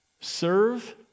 serve